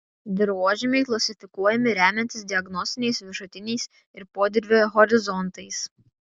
dirvožemiai klasifikuojami remiantis diagnostiniais viršutiniais ir podirvio horizontais